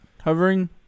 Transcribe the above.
hovering